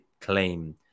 claim